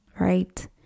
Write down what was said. Right